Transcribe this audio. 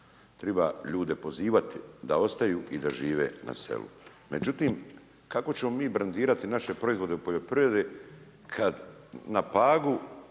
Treba ljude pozivati da ostaju i da žive na selu, međutim kako ćemo mi brendirati naše proizvode u poljoprivredi kad na Pagu